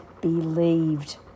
believed